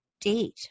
date